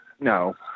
No